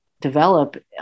develop